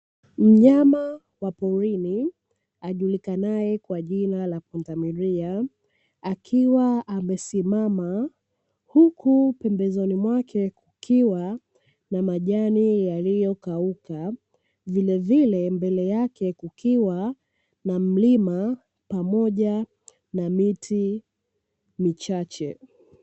Mnyama wa porini ajulikanaye kwa jina la Pundamilia akiwa amesimama huku pembezoni mwake kukiwa na majani yaliyokauka, vilevile mbele yake kukiwa na mlima pamoja na miti michache.